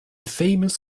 famous